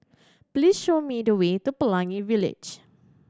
please show me the way to Pelangi Village